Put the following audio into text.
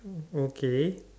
okay